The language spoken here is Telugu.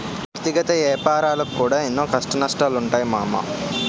వ్యక్తిగత ఏపారాలకు కూడా ఎన్నో కష్టనష్టాలుంటయ్ మామా